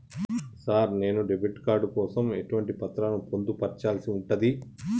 Sir నేను debit card కోసం ఎటువంటి పత్రాలను పొందుపర్చాల్సి ఉంటది?